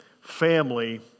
family